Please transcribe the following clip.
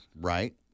right